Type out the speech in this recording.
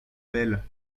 belles